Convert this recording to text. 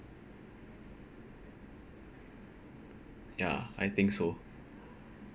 ya I think so